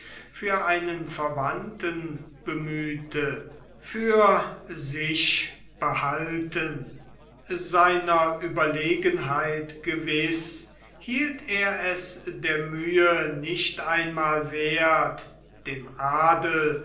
für einen verwandten bemühte für sich behalten seiner ueberlegenheit gewiß hielt er es der mühe nicht einmal werth dem adel